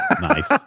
Nice